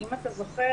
אם אתה זוכר,